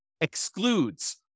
excludes